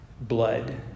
blood